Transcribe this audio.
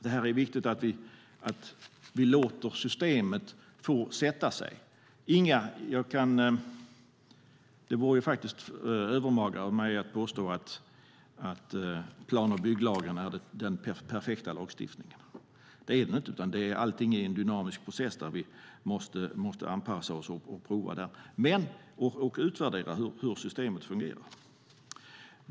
Det är viktigt att vi låter systemet få sätta sig. Det vore övermaga av mig att påstå att plan och bygglagen är den perfekta lagstiftningen. Det är den inte. Allting är en dynamisk process där vi måste anpassa oss, prova och utvärdera hur systemet fungerar.